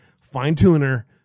fine-tuner